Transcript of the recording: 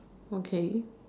okay